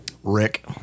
Rick